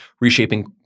reshaping